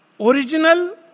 Original